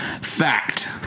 Fact